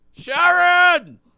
Sharon